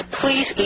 please